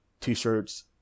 T-shirts